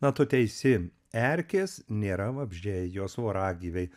na tu teisi erkės nėra vabzdžiai jos voragyviai